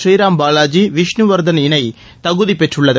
பூநீராம் பாலாஜி விஷ்ணுவர்தன் இணை தகுதி பெற்றுள்ளது